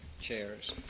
chairs